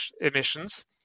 emissions